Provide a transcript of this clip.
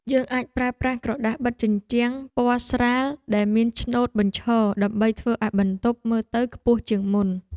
យើងអាចប្រើប្រាស់ក្រដាសបិទជញ្ជាំងពណ៌ស្រាលដែលមានឆ្នូតបញ្ឈរដើម្បីធ្វើឱ្យបន្ទប់មើលទៅខ្ពស់ជាងមុន។